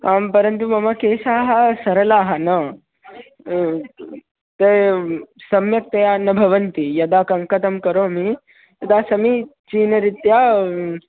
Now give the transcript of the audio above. आं परन्तु मम केशाः सरलाः न तो एवं सम्यक्तया न भवन्ति यदा कङ्कतं करोमि तदा समीचीनरित्या